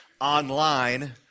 online